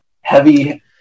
heavy